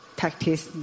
practice